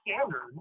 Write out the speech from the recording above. standard